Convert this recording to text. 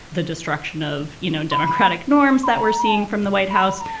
the destruction of, you know, democratic norms that we're seeing from the white house,